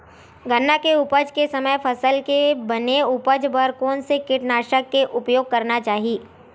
गन्ना के उपज के समय फसल के बने उपज बर कोन से कीटनाशक के उपयोग करना चाहि?